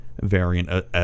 variant